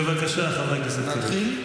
בבקשה, חבר הכנסת קריב.